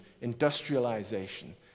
industrialization